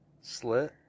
Slit